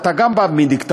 אתה גם בא מדיקטטורה,